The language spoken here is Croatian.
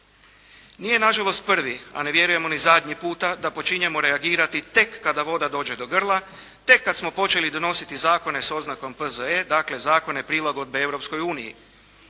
Nije nažalost prvi, a ne vjerujemo ni zadnji puta da počinjemo reagirati tek kada voda dođe do grla, tek kada smo počeli donositi zakone sa oznakom P.Z.E., dakle, zakone prilagodbe